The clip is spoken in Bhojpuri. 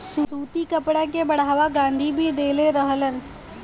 सूती कपड़ा के बढ़ावा गाँधी भी देले रहलन